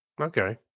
Okay